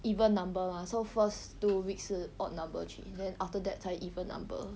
even number mah so first two weeks 是 odd number 去 then after that 才 even number